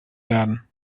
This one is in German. werden